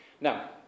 Now